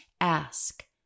Ask